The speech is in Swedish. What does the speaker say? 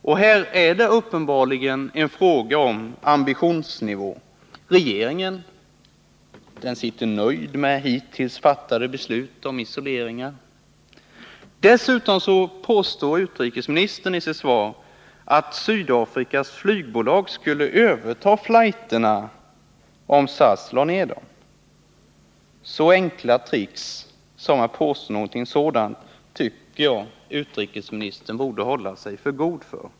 Detta är uppenbarligen en fråga om ambitionsnivå. Regeringen sitter nöjd med hittills fattade beslut om isoleringar. Dessutom påstår utrikesministern i sitt svar att Sydafrikas flygbolag skulle överta flighterna, om SAS lade ner dem. Så enkla trick som att påstå något sådant tycker jag utrikesministern borde hålla sig för god för.